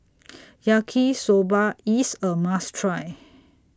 Yaki Soba IS A must Try